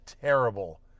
terrible